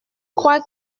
crois